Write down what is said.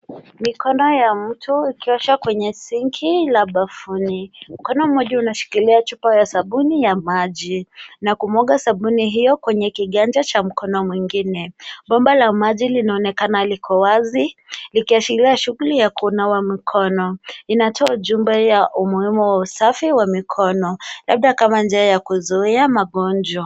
Mikono ya mtu ikioshwa kwenye sinki la bafuni. Mkono mmoja unashikilia chupa ya sabuni ya maji na kumwaga sabuni hiyo kwenye kiganja cha mkono mwingine. Bomba la maji linaonekana liko wazi likiashiria shughuli ya kunawa mkono. Inatoa ujumbe ya umuhimu wa usafi wa mikono labda kama njia ya kuzuia magonjwa.